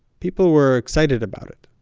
people were excited about it.